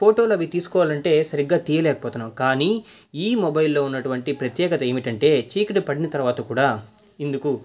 ఫోటోలు అవి తీసుకోవాలంటే సరిగా తీయలేక పోతున్నాం కానీ ఈ మొబైల్లో ఉన్నటువంటి ప్రత్యేకత ఏంటంటే చీకటి పడిన తర్వాత కూడా ఇందుకు